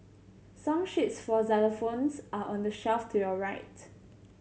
song sheets for xylophones are on the shelf to your right